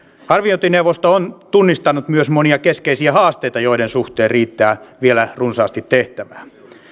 arviointineuvosto on tunnistanut myös monia keskeisiä haasteita joiden suhteen riittää vielä runsaasti tehtävää